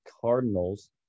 Cardinals